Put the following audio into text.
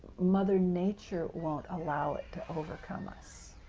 mother nature won't allow it to overcome us.